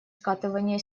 скатывания